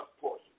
portion